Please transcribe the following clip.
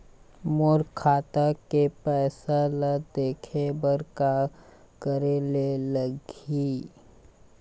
मोर खाता के पैसा ला देखे बर का करे ले लागही?